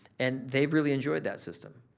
and they've really enjoyed that system.